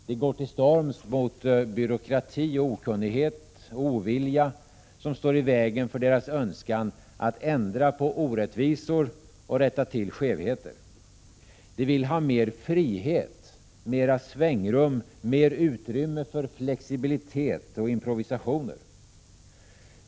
De går till storms mot byråkrati, okunnighet och ovilja, som står i vägen för deras önskan att ändra på orättvisor och rätta till skevheter. De vill ha mer frihet, större svängrum och bättre utrymme för flexibilitet och improvisationer.